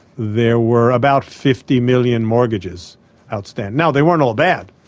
there were about fifty million mortgages outstanding. ah they weren't all bad.